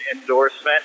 endorsement